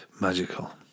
magical